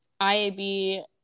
IAB